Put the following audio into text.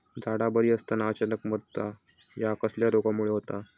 झाडा बरी असताना अचानक मरता हया कसल्या रोगामुळे होता?